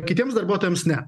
kitiems darbuotojams ne